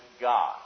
God